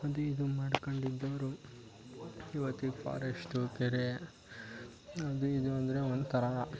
ಅದು ಇದು ಮಾಡ್ಕೊಂಡು ಇದ್ದವರು ಇವತ್ತು ಫಾರೆಸ್ಟು ಕೆರೆ ಅದು ಇದು ಅಂದರೆ ಒಂಥರಾ